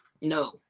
No